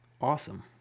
awesome